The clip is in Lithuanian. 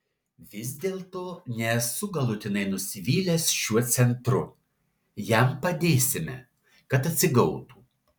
vis dėlto nesu galutinai nusivylęs šiuo centru jam padėsime kad atsigautų